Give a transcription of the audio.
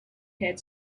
had